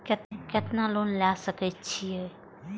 केतना लोन ले सके छीये?